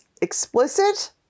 explicit